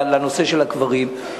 בנושא של הקברים,